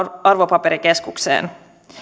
arvopaperikeskukseen